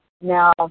now